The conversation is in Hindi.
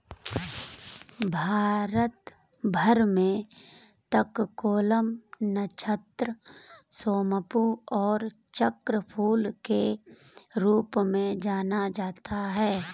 भारत भर में तककोलम, नक्षत्र सोमपू और चक्रफूल के रूप में जाना जाता है